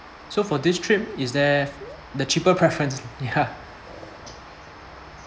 so for this trip is there the cheaper preference ya